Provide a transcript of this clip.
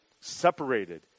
separated